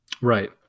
Right